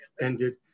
ended